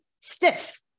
stiff